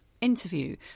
interview